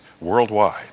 worldwide